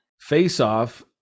Face-off